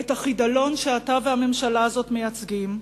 את החידלון שאתה והממשלה הזאת מייצגים.